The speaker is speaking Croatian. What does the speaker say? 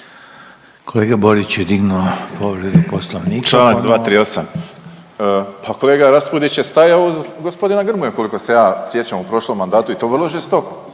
Kolega Borić je dignuo povredu Poslovnika ponovno. **Borić, Josip (HDZ)** Čl. 238. pa kolega Raspudić je stajao uz gospodina Grmoju koliko se ja sjećam u prošlom mandatu i to vrlo žestoko,